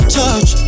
touch